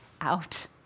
out